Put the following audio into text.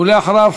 ואחריו,